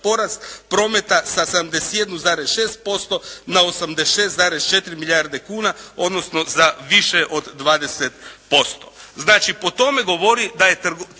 prometa sa 71,6% na 86,4 milijarde kuna odnosno za više od 20%. Znači po tome govori da je, to